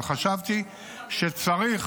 אבל חשבתי שצריך